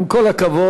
עם כל הכבוד,